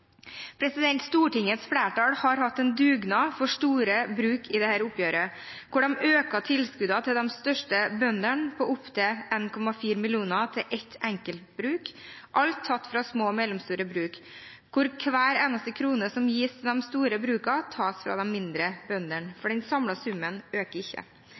Stortingets flertall har hatt en dugnad for store bruk i dette oppgjøret, der de økte tilskuddene til de største bøndene til opptil 1,4 mill. kr til ett enkelt bruk, alt tatt fra små og mellomstore bruk. Hver eneste krone som gis til de store brukene, tas fra de mindre brukene, for den samlede summen øker ikke.